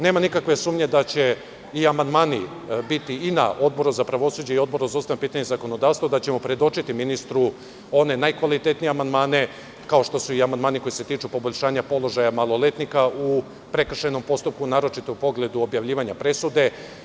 Nema nikakve sumnje da će i amandmani biti i na Odboru za pravosuđe i na Odboru za ustavna pitanja i za zakonodavstvo, da ćemo predočiti ministru one najkvalitetnije amandmane, kao što su i amandmani koji se tiču poboljšanja položaja maloletnika u prekršajnom postupku, naročito u pogledu objavljivanja presude.